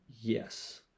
Yes